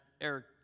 Eric